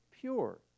pure